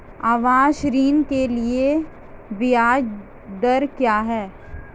आवास ऋण के लिए ब्याज दर क्या हैं?